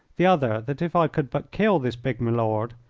the other that if i could but kill this big milord,